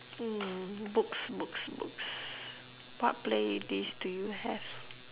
hmm books books books what play list do you have